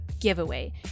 giveaway